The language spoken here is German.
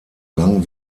lang